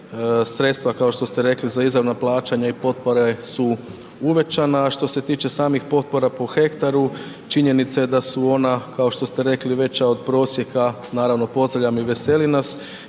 sredstva kao što ste rekli za izravna plaćanja i potpore su uvećana. A što se tiče samih potpora po hektaru činjenica je da su ona kao što ste rekli, veća od prosjeka, naravno pozdravljam i veseli nas